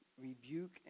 rebuke